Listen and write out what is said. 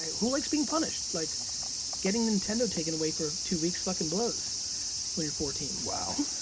who likes being punished? like getting nintendo taken away for two weeks fucking blows when you're fourteen. wow,